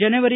ಜನವರಿ